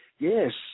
Yes